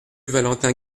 valentin